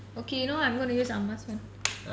okay you know what I'm gonna use ah ma's one